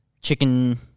chicken